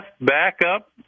backup